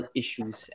issues